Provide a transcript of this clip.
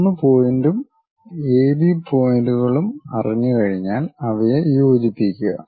1 പോയിന്റും എബി പോയിന്റുകളും അറിഞ്ഞുകഴിഞ്ഞാൽ അവയെ യോജിപ്പിക്കുക